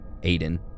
Aiden